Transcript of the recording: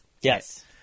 Yes